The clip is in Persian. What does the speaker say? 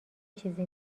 چیزی